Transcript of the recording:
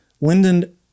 Lyndon